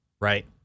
right